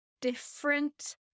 different